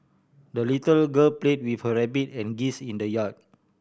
the little girl played with her rabbit and geese in the yard